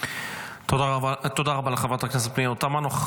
תודה רבה לחברת הכנסת פנינה תמנו.